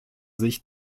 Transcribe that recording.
sich